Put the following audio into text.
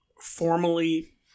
formally